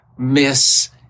miss